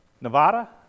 Nevada